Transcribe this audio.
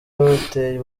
babateye